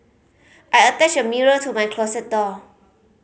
I attached a mirror to my closet door